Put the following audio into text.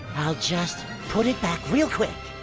i'll just put it back real quick!